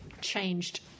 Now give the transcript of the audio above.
changed